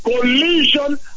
collision